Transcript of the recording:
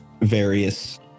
various